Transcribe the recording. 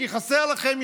כי חסרות לכם,